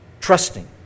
Trusting